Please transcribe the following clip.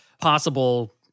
possible